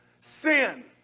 Sin